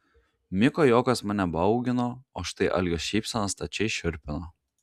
miko juokas mane baugino o štai algio šypsena stačiai šiurpino